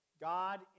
God